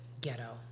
Ghetto